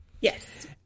Yes